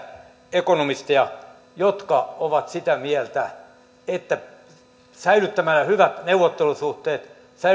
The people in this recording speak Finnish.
ekonomisteja jotka ovat sitä mieltä että säilyttämällä hyvät neuvottelusuhteet säilyttämällä aito